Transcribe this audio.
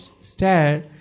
stare